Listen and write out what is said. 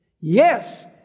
Yes